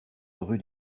rue